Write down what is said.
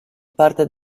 parte